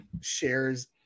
shares